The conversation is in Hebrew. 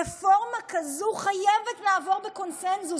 רפורמה כזאת חייבת לעבור בקונסנזוס,